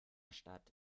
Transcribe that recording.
stadt